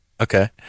Okay